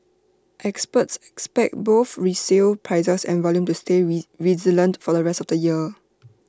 experts expect both resale prices and volume to stay resilient for the rest of the year